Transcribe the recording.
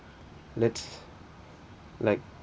let's like